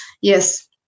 yes